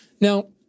Now